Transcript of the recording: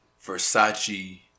Versace